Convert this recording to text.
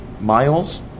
Miles